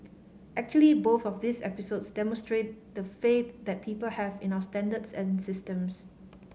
actually both of these episodes demonstrate the faith that people have in our standards and systems